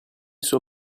suo